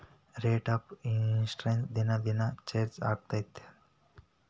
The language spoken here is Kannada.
ರೇಟ್ ಆಫ್ ಇಂಟರೆಸ್ಟ್ ದಿನಾ ದಿನಾ ಚೇಂಜ್ ಆಗ್ತಿರತ್ತೆನ್